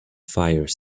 fire